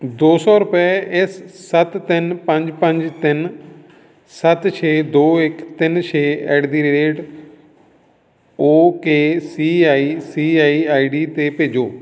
ਦੋ ਸੌ ਰੁਪਏ ਇਸ ਸੱਤ ਤਿੰਨ ਪੰਜ ਪੰਜ ਤਿੰਨ ਸੱਤ ਛੇ ਦੋ ਇੱਕ ਤਿੰਨ ਛੇ at the rate O K C I C I I D 'ਤੇ ਭੇਜੋ